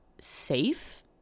safe